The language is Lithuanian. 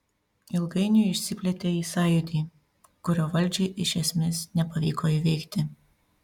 ilgainiui išsiplėtė į sąjūdį kurio valdžiai iš esmės nepavyko įveikti